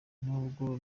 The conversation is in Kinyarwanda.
nubwo